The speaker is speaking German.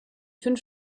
fünf